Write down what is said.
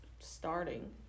starting